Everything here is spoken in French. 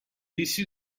issu